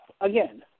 again